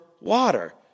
water